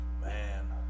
Man